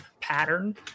pattern